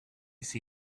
see